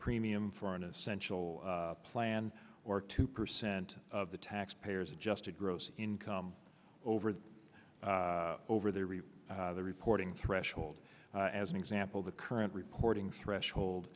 premium for an essential plan or two percent of the tax payers adjusted gross income over the over there the reporting threshold as an example the current reporting threshold